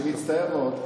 אני מצטער מאוד,